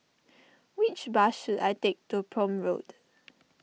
which bus should I take to Prome Road